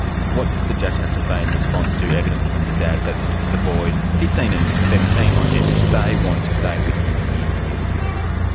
what does the judge have to say in response to evidence from the dad that the boys fifteen and seventeen, mind you they want to stay with him in new york?